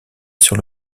sur